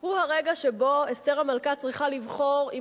הוא הרגע שבו אסתר המלכה צריכה לבחור אם